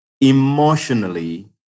emotionally